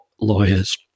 lawyers